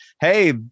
hey